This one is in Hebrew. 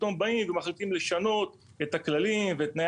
פתאום באים ומחליטים לשנות את הכללים ואת תנאי